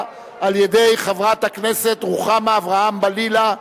על-ידי חברת הכנסת רוחמה אברהם-בלילא,